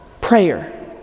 Prayer